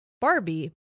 barbie